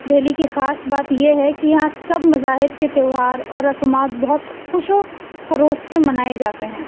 دہلی کی خاص بات یہ ہے کہ یہاں سب مذاہب کے تیوہار اور رسومات بہت خوش و خروش سے منائے جاتے ہیں